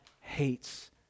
hates